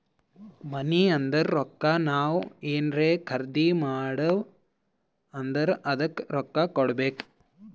ಮನಿ ಅಂದುರ್ ರೊಕ್ಕಾ ನಾವ್ ಏನ್ರೇ ಖರ್ದಿ ಮಾಡಿವ್ ಅಂದುರ್ ಅದ್ದುಕ ರೊಕ್ಕಾ ಕೊಡ್ಬೇಕ್